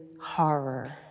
horror